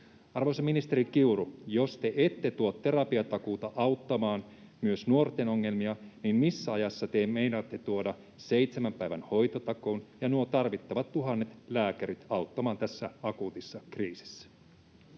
Arvoisa ministeri Kiuru, jos te ette tuo terapiatakuuta auttamaan myös nuorten ongelmiin, [Merja Kyllösen välihuuto] niin missä ajassa te meinaatte tuoda seitsemän päivän hoitotakuun ja nuo tarvittavat tuhannet lääkärit auttamaan tässä akuutissa kriisissä?